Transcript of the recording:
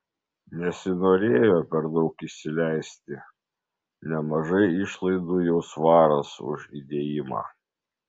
nesinorėjo per daug išsileisti nemažai išlaidų jau svaras už įėjimą